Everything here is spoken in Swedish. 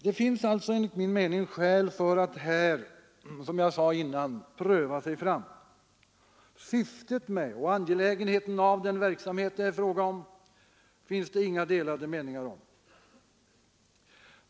Det finns alltså enligt min mening skäl för att, som jag sade tidigare, pröva sig fram. Syftet med och angelägenheten av den verksamhet det här är fråga om finns det inga delade meningar om.